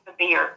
severe